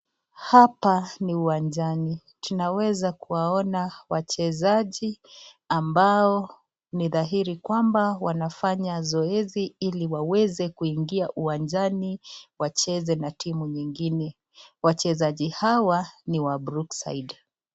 Hapa ni uwanjani. Tunaweza kuwaona wachezaji ambao ni dhahiri kwamba wanafanya mazoezi ili waweze kuingia uwanjani wacheze na timu nyingine. Wachezaji hawa ni wa Brookside .